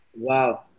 Wow